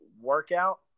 workout